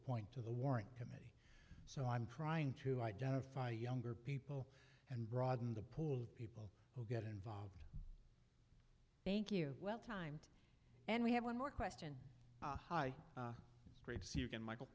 point to the warrant committee so i'm trying to identify younger people and broaden the pool of people who get involved thank you well timed and we have one more question it's great to see you can michel